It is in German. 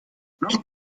noch